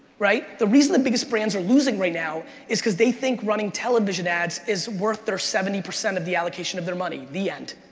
right? the reason the biggest brands are losing right now is cause they think running television ads is worth their seventy percent of the allocation of their money. the end.